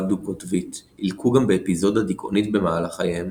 דו-קוטבית ילקו גם באפיזודה דיכאונית במהלך חייהם,